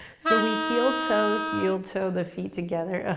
so we heel toe heel toe the feet together. ah